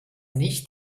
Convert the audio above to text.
nicht